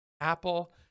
Apple